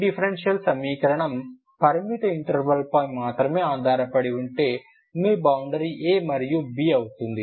మీ differential సమీకరణం పరిమిత interval పై మాత్రమే ఆధారపడి ఉంటే మీ బౌండరీ a మరియు b అవుతుంది